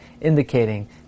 indicating